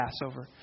Passover